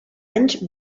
anys